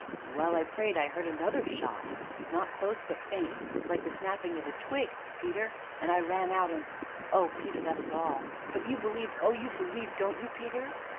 and, while i prayed, i heard another shot not close, but faint like the snapping of a twig, peter and i ran out and oh, peter that is all but you believe oh you believe, don't you, peter?